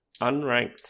Unranked